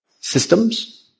systems